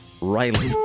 Riley